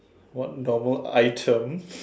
what normal items